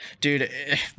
Dude